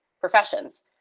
professions